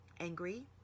angry